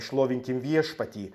šlovinkim viešpatį